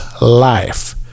life